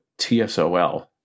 TSOL